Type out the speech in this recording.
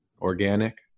organic